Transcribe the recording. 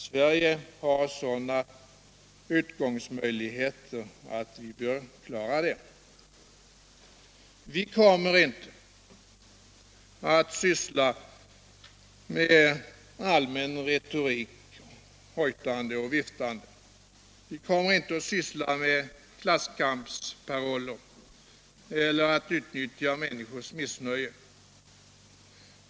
Sverige har sådana utgångsmöjligheter att vi bör klara det. Vi kommer inte att syssla med allmän retorik, hojtande och viftande. Vi kommer inte att syssla med klasskampsparoller eller utnyttja människors missnöje.